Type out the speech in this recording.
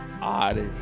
odd